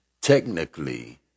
technically